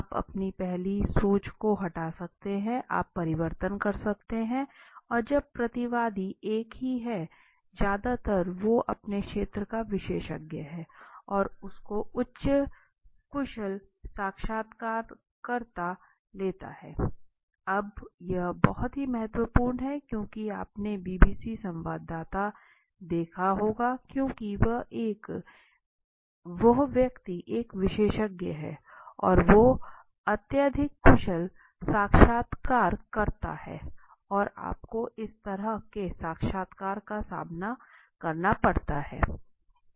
आप अपनी पहली सोच को हटा सकते हैं आप परिवर्तन कर सकते हैं और जब प्रतिवादी एक ही है ज्यादातर वो अपने क्षेत्र का विशेषज्ञ है और उसको उच्च कुशल साक्षात्कारकर्ता लेता हैं अब यह बहुत ही महत्वपूर्ण है क्योंकि आपने बीबीसी संवाददाता देखा होगा व्यक्ति जो एक विशेषज्ञ है और वो अत्यधिक कुशल साक्षात्कारकर्ता हैं और आपको इस तरह के साक्षात्कार का सामना करना पड़ता है